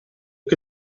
che